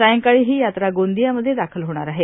सायंकाळी ही यात्रा गोंदियामध्ये दाखल होणार आहे